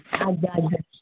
ଆଜ୍ଞା ଆଜ୍ଞା